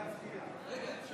להצביע.